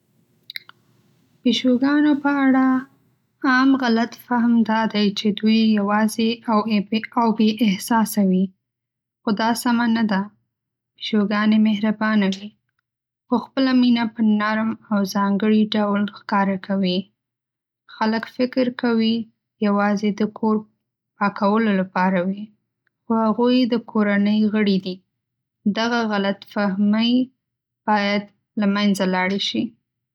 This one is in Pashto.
پیشوګانو اړه عام غلط فهم دا دی چې دوی یواځې او بې احساسه وي، خو دا سمه نه ده. پیشوګانې مهربانې وي، خو خپله مینه په نرم او ځانګړي ډول ښکاره کوي. خلک فکر کوي یوازې د کور پاکولو لپاره وي، خو هغوی د کورنۍ غړي دي. دغه غلط فهمۍ باید له منځه لاړې شي.